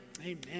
Amen